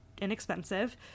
inexpensive